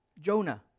Jonah